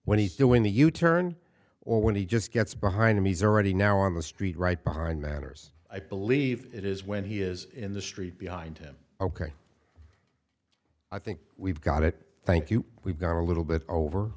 when he's doing the u turn or when he just gets behind him he's already now on the street right behind manners i believe it is when he is in the street behind him ok i think we've got it thank you we've got a little bit over